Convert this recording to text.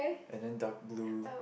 and than dark blue